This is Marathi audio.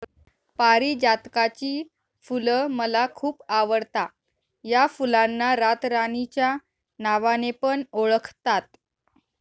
पारीजातकाची फुल मला खूप आवडता या फुलांना रातराणी च्या नावाने पण ओळखतात